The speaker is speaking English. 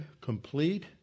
complete